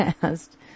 past